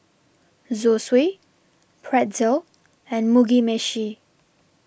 Zosui Pretzel and Mugi Meshi